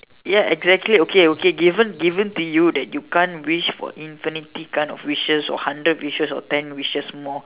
ya exactly okay okay given given to you that you can't wish for infinity kind of wishes or hundred wishes or ten wishes more